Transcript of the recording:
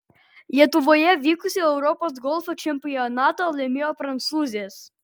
lietuvoje vykusį europos golfo čempionatą laimėjo prancūzės